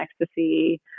ecstasy